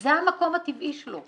זה המקום הטבעי שלו.